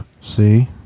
See